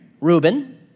Reuben